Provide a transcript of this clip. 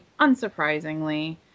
unsurprisingly